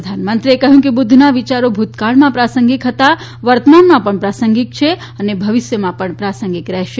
પ્રધાનમંત્રીએ કહ્યું કે બુદ્ધના વિયારો ભૂતકાળમાં પ્રાસંગિક હતા વર્તમાનમાં પણ પ્રાસંગિક છે અને ભવિષ્યમાં પણ પ્રાસંગિક રહેશે